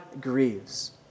grieves